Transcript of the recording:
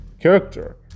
character